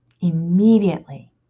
Immediately